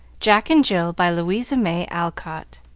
jack and jill by louisa may alcott